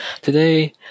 Today